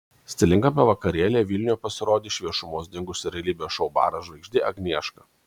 stilingame vakarėlyje vilniuje pasirodė iš viešumos dingusi realybės šou baras žvaigždė agnieška